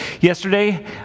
yesterday